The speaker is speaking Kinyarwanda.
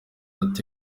ati